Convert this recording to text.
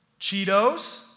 Cheetos